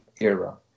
era